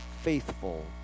faithful